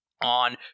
on